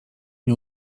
nie